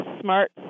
Smart